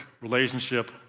relationship